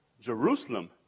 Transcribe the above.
Jerusalem